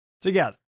together